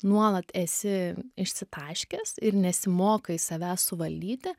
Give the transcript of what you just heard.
nuolat esi išsitaškęs ir nesimokai savęs suvaldyti